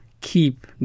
keep